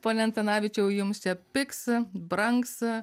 pone antanavičiau jums čia pigs brangs